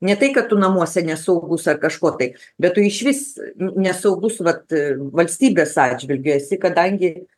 ne tai kad tu namuose nesaugus ar kažko tai bet tu išvis nesaugus vat valstybės atžvilgiu esi kadangi